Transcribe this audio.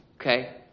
okay